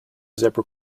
zebra